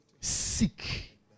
seek